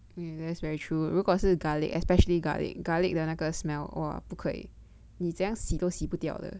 that's very true 如果是 garlic especially garlic garlic 的那个 smell !wah! 不可以你怎样洗都洗不掉的